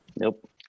Nope